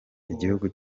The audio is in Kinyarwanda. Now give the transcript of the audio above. igihugu